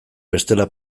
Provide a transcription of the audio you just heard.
bestela